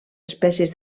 espècies